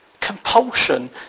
Compulsion